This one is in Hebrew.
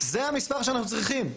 זה המספר שאנחנו צריכים,